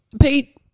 Pete